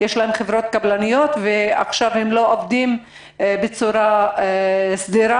יש להן חברות קבלניות ועכשיו הם לא עובדים בצורה סדירה.